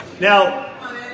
Now